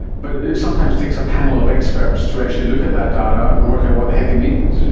but it sometimes takes a panel of experts to actually look at that data and work out what the heck it means.